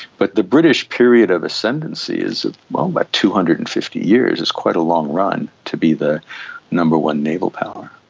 but the british period of ascendancy is about um but two hundred and fifty years, it's quite a long run to be the number one naval power.